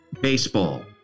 Baseball